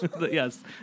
Yes